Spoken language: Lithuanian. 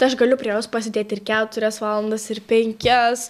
tai aš galiu prie jos pasėdėti ir keturias valandas ir penkias